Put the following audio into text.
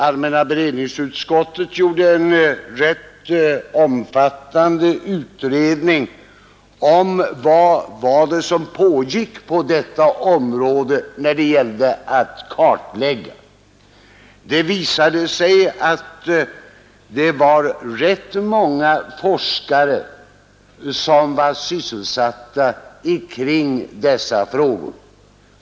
Allmänna beredningsutskottet gjorde en rätt omfattande utredning om vad det var som pågick på detta område i fråga om kartläggning. Det visade sig att rätt många forskare var sysselsatta omkring dessa frågor.